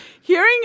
Hearing